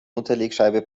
unterlegscheibe